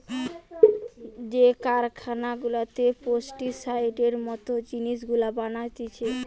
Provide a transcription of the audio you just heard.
যে কারখানা গুলাতে পেস্টিসাইডের মত জিনিস গুলা বানাতিছে